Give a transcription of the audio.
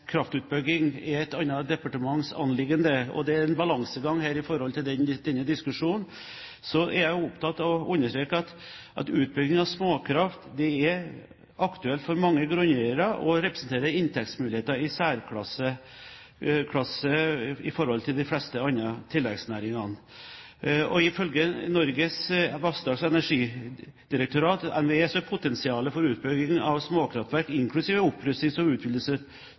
kraftutbygging er et annet departements anliggende, og det er en balansegang her i denne diskusjonen, er jeg opptatt av å understreke at utbygging av småkraft er aktuelt for mange grunneiere og representerer inntektsmuligheter i særklasse i forhold til de fleste andre tilleggsnæringene. Ifølge Norges vassdrags- og energidirektorat, NVE, er potensialet for utbygging av småkraftverk inklusive opprustnings- og